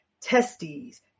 testes